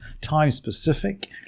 time-specific